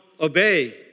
obey